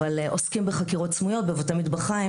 אבל עוסקים בחקירות סמויות בבתי מטבחיים,